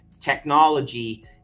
technology